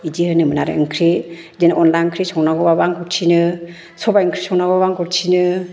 बिदि होनोमोन आरो ओंख्रि बिदिनो अनला ओंख्रि संनांगौबाबो आंखौ थिनो सबाइ ओंख्रि संनांगौबाबो आंखौ थिनो